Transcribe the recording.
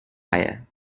hire